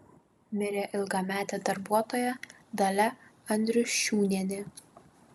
mirė ilgametė darbuotoja dalia andriušiūnienė